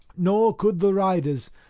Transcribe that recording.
nor could the riders,